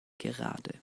gerade